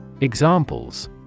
Examples